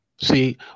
See